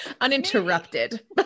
uninterrupted